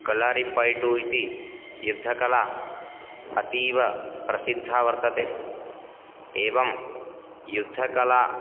कळरिपयट्टु इति युद्धकला अतीवप्रसिद्धा वर्तते एवं युद्धकला